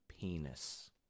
penis